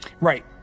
Right